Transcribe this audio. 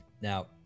Now